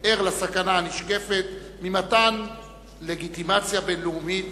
ער לסכנה הנשקפת מממתן לגיטימציה בין-לאומית